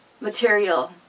material